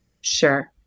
sure